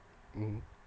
mmhmm